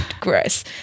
gross